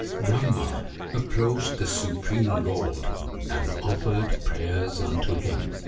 brahma approached the supreme lord and offered prayers unto him.